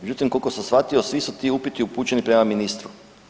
Međutim, koliko sam shvatio svi su ti uputi upućeni prema ministru.